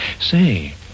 Say